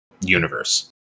universe